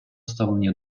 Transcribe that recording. ставлення